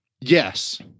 yes